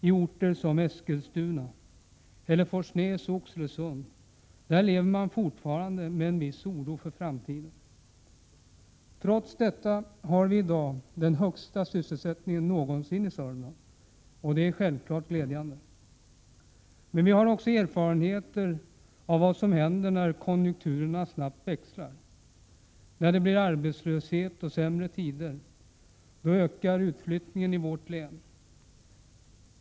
I orter som Eskilstuna, Hälleforsnäs och Oxelösund lever man fortfarande med en viss oro för framtiden. Trots detta har vi i dag den högsta sysselsättningen någonsin i Södermanland, och det är självfallet glädjande. Men vi har också erfarenhet av vad som händer när konjunkturerna snabbt växlar. När det blir arbetslöshet och sämre tider ökar utflyttningen från vårt län.